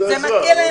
זה מקל.